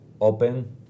open